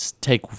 take